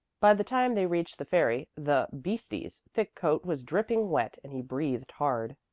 by the time they reached the ferry, the beastie's thick coat was dripping wet and he breathed hard.